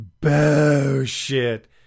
bullshit